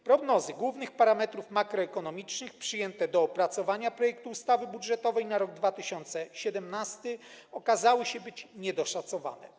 Prognozy głównych parametrów makroekonomicznych przyjęte do opracowania projektu ustawy budżetowej na rok 2017 okazały się niedoszacowane.